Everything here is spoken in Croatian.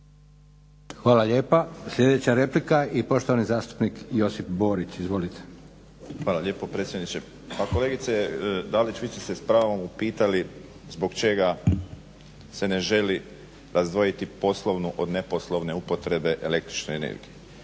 Hvala lijepa. Sljedeća replika i poštovani zastupnik Josip Borić, izvolite. **Borić, Josip (HDZ)** Hvala lijepo predsjedniče. Pa kolegice Dalić vi ste se s pravom upitali zbog čega se ne želi razdvojiti poslovnu od neposlovne upotrebe električne energije,